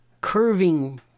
curving